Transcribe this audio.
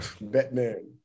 Batman